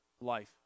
life